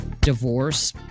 divorce